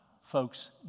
folks